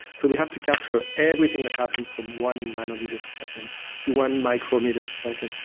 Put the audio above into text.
so we have to capture everything that happens from one nanometre per second to one micrometre per second,